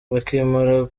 bakimara